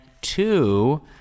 two